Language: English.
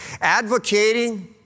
advocating